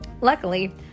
Luckily